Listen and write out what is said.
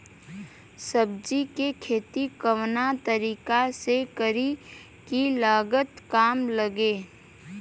सब्जी के खेती कवना तरीका से करी की लागत काम लगे?